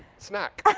snack.